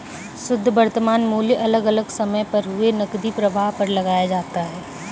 शुध्द वर्तमान मूल्य अलग अलग समय पर हुए नकदी प्रवाह पर लगाया जाता है